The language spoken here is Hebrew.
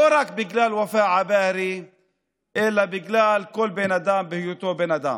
לא רק בגלל ופאא עבאהרה אלא בגלל כל בן אדם בהיותו בן אדם.